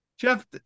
Jeff